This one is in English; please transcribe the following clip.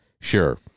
Sure